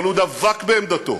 אבל הוא דבק בעמדתו,